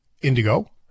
Indigo